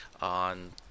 on